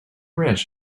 ranch